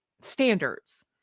standards